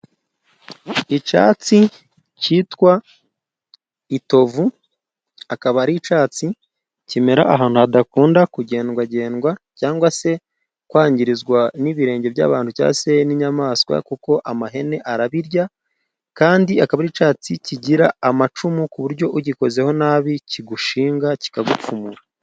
Icyatsi cyitwa itovu, akaba ari icyatsi kimera ahantu hadakunda kugendwagendwa , cyagwase kwangirizwa n'ibirenge by'abantu cyase n'inyamaswa kuko amahene arabirya , kandi akaba ari icyatsi kigira amacumu ku buryo ugikozeho nabi kigushinga kikagupfumura.